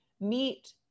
meet